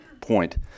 point